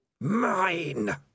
Mine